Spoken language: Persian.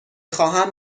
خواهم